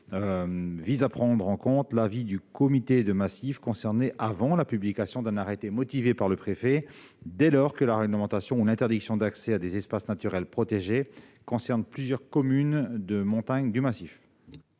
vise à prendre en compte l'avis du comité de massif concerné avant la publication d'un arrêté motivé par le préfet, dès lors que la réglementation ou l'interdiction d'accès à des espaces naturels protégés concerne plusieurs communes de montagne du massif.